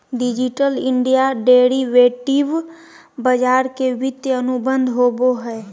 digital India derivative बाजार के वित्तीय अनुबंध होबो हइ